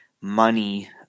money